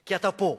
כי אתה פה,